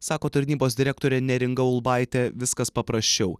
sako tarnybos direktorė neringa ulbaitė viskas paprasčiau